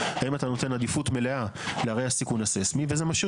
האם אתה נותן עדיפות מלאה לערי הסיכון הססמי וזה משאיר